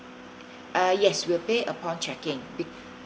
uh yes will pay upon check in be~